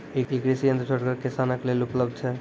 ई कृषि यंत्र छोटगर किसानक लेल उपलव्ध छै?